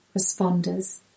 responders